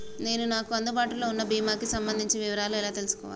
నేను నాకు అందుబాటులో ఉన్న బీమా కి సంబంధించిన వివరాలు ఎలా తెలుసుకోవాలి?